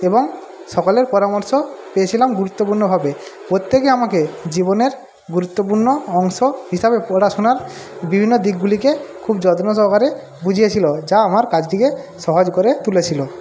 এবং সকলের পরামর্শ পেয়েছিলাম গুরুত্বপূর্ণভাবে প্রত্যেকে আমাকে জীবনের গুরুত্বপূর্ণ অংশ হিসাবে পড়াশোনার বিভিন্ন দিকগুলিকে খুব যত্ন সহকারে বুঝিয়েছিল যা আমার কাজটিকে সহজ করে তুলেছিল